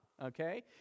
okay